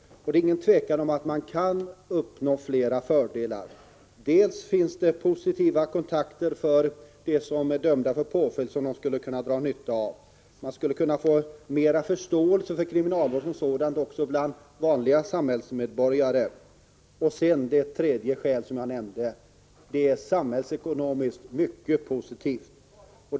Det är inget tvivel om att man kan uppnå flera fördelar med samhällstjänst: Dels finns det positiva kontakter för dem som är dömda till påföljd och som de skulle kunna dra nytta av, dels kunde det skapas förståelse för kriminalvården som sådan också bland vanliga samhällsmedborgare, dels skulle detta system slutligen vara samhällsekonomiskt mycket positivt.